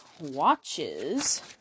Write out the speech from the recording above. watches